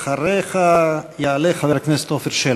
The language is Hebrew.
אחריך יעלה חבר הכנסת עפר שלח.